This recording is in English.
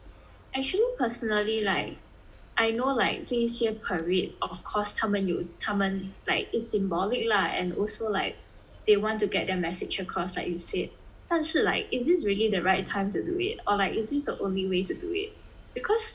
actually personally like I know like 这一些 parade of course 他们有他们 like it's symbolic lah and also like they want to get their message across like you said 但是是 like is this really the right time to do it or like is this the only way to do it because